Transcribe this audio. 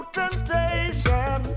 temptation